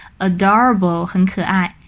Adorable很可爱。